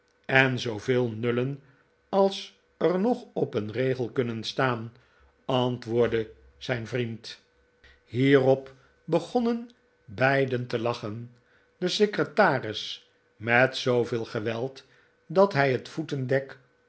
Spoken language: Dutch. en zooveel nullen als er nog op een regel kunnen staan antwoordde zijn vriend hierop begonnen beiden te lachen de secretaris met zooveel geweld dat hij het voetendek